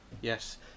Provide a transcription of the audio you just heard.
Yes